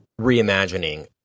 reimagining